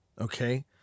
okay